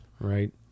right